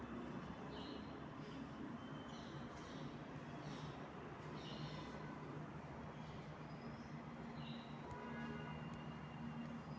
जपानमध्ये काही ठिकाणी हलकी सौर उपकरणेही वापरली गेली होती